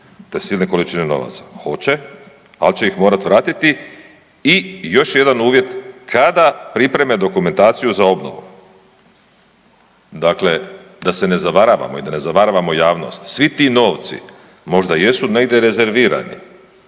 te silne količine novaca. Hoće, ali će ih morat vratiti i još jedan uvjet, kada pripreme dokumentaciju za obnovu, dakle da se ne zavaravamo i da ne zavaravamo javnost, svi ti novci možda jesu negdje rezervirani